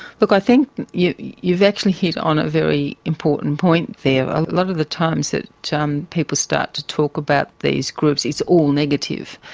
look i think you've actually hit on a very important point there. a lot of the times that people um people start to talk about these groups it's all negative.